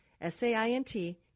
S-A-I-N-T